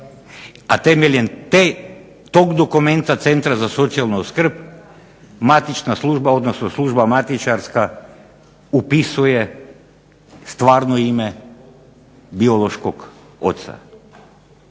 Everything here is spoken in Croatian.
a temeljem tog dokumenta Centra za socijalnu skrb matična služba, odnosno služba matičarska upisuje stvarno ime biološkog oca.